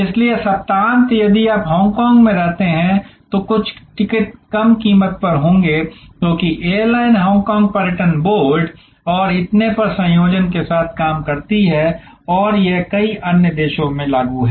इसलिए सप्ताहांत यदि आप हांगकांग में रहते हैं तो कुछ टिकट कम कीमत पर होंगे क्योंकि एयरलाइन हांगकांग पर्यटन बोर्ड और इतने पर संयोजन के साथ काम करती है और यह कई अन्य देशों में लागू है